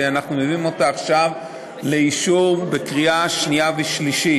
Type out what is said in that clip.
שאנחנו מביאים עכשיו לאישור בקריאה שנייה ושלישית.